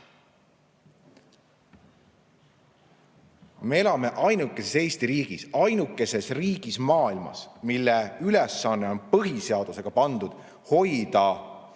Me elame ainukeses Eesti riigis, ainukeses riigis maailmas, mille ülesandeks on põhiseadusega pandud hoida eesti